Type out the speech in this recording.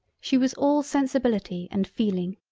she was all sensibility and feeling.